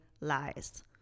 lies